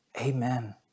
Amen